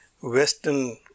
western